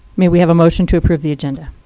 may we have a motion to approve the agenda?